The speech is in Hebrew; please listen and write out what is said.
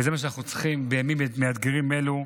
זה מה שאנחנו צריכים בימים מאתגרים אלו.